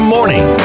Morning